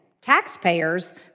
taxpayers